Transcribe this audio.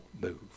move